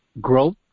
growth